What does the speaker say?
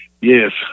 yes